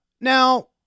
Now